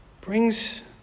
brings